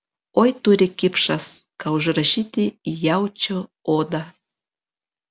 oi turi kipšas ką užrašyti į jaučio odą